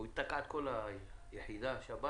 הוא תקע את כל היחידה שבת